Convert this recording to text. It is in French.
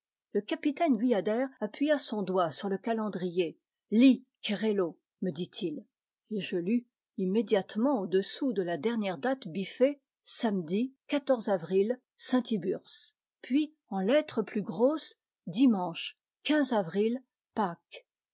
le capitaine guyader appuya son doigt sur le calendrier lis kerello me dit-il et je lus immédiatement au-dessous de la dernière date biffée samedi avril saint tiburce puis en lettres plus grosses dimanche avril